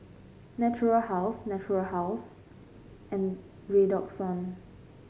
Natura House Natura House and Redoxon